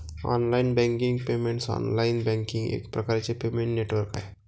online banking payments online banking एक प्रकारचे payment network आहे